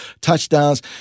touchdowns